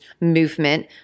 movement